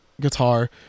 Guitar